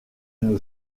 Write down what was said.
une